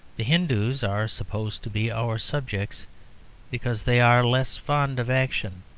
the hindus are supposed to be our subjects because they are less fond of action,